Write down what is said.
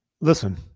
Listen